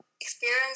experience